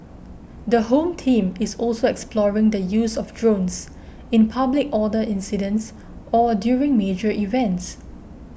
the Home Team is also exploring the use of drones in public order incidents or during major events